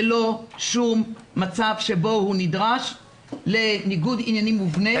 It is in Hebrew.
ללא שום מצב שבו הוא נדרש לניגוד עניינים מובנה.